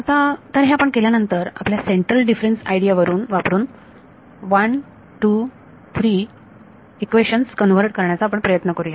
तर आता हे आपण केल्यानंतर आपल्या सेंट्रल डिफरेन्स आयडिया वापरून 1 2 3 इक्वेशन्स कन्वर्ट करण्याचा आपण प्रयत्न करूया